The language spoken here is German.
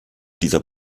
dieser